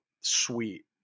sweet